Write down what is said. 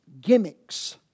gimmicks